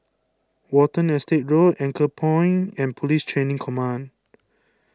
Watten Estate Road Anchorpoint and Police Training Command